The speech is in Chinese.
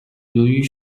由于